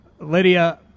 Lydia